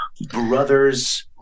brother's